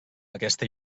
aquesta